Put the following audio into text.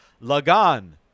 *Lagan*